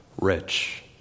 rich